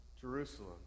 Jerusalem